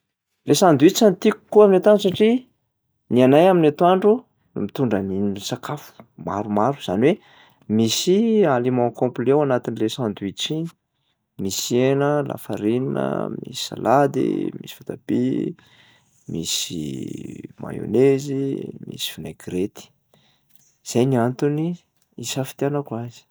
Lay sandwich no tiako kokoa amin'ny antoandro satria ny anay amin'ny antoandro mitondra ny m- sakafo maro, zany hoe misy aliment complet ao anatin'lay sandwich iny. Misy hena, lafarinina, misy salady, misy voatabia, misy mayonnaise, misy vinaigrety, zay ny antony isafidianako azy.